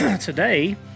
today